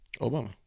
Obama